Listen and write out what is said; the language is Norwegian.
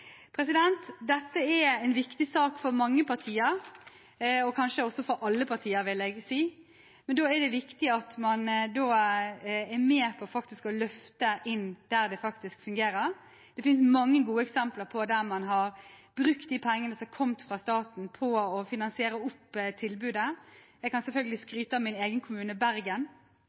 Dette er en viktig sak for mange partier – kanskje for alle partier, vil jeg si – men da er det viktig at man er med på å løfte inn der det faktisk fungerer. Det finnes mange gode eksempler der man har brukt de pengene som har kommet fra staten, på å finansiere opp tilbudet. Jeg kan selvfølgelig skryte av min egen kommune, Bergen,